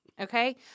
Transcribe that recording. Okay